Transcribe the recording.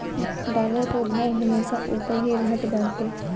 dollar कअ भाव हमेशा उपर ही रहत बाटे